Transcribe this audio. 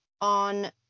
on